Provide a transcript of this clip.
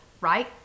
right